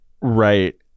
Right